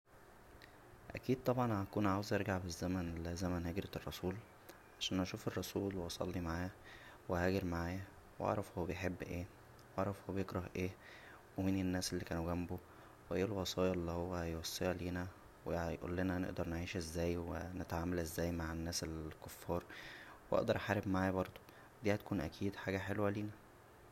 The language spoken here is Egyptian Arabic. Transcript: اكيد طبعا هكون عاوز ارجع بالزمن لزمن هجرة الرسول عشان اشوف الرسول و اصلى معاه و اهاجر معاه و اعرف هو بيحب ايه و اعرف هو بيكره ايه و مين الناس اللى كانوا جنبه و ايه الوصايا اللى هو هيوصيها لينا و هيقولنا هنقدر نعيش ازاى و نتعامل ازاى مع الناس الكفار و اقدر احارب معاه برضو دى هتكون اكيد حاجه حلوه لينا